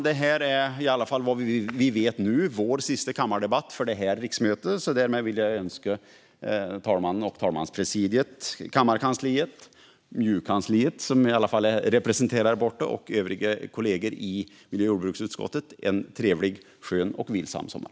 Detta är, i alla fall såvitt vi nu vet, vår sista kammardebatt detta riksmöte. Därmed vill jag önska talmannen och talmanspresidiet, kammarkansliet, MJU-kansliet, som är representerat här, och övriga kollegor i miljö och jordbruksutskott en trevlig, skön och vilsam sommar.